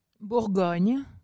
Bourgogne